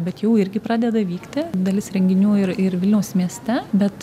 bet jau irgi pradeda vykti dalis renginių ir ir vilniaus mieste bet